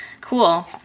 Cool